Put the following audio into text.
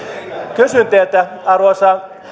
kysyn teiltä arvoisa